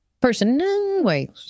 person—wait